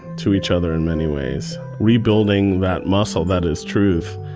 to each other in many ways. rebuilding that muscle, that is truth,